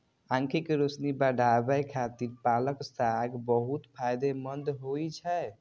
आंखिक रोशनी बढ़ाबै खातिर पालक साग बहुत फायदेमंद होइ छै